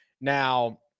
now